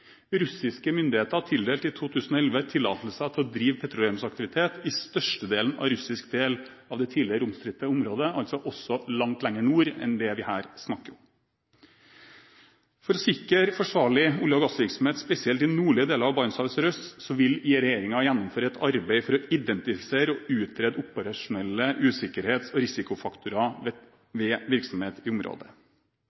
Russiske myndigheter tildelte i 2011 tillatelser til å drive petroleumsaktivitet i størstedelen av russisk del av det tidligere omstridte området, altså også langt lenger nord enn det vi her snakker om. For å sikre forsvarlig olje- og gassvirksomhet spesielt i nordlige deler av Barentshavet sørøst vil regjeringen gjennomføre et arbeid for å identifisere og utrede operasjonelle usikkerhets- og risikofaktorer ved